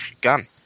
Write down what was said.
gun